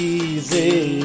easy